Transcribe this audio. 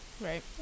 Right